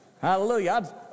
Hallelujah